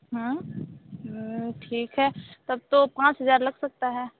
ठीक है तब तो पाँच हज़ार लग सकता है